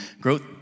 growth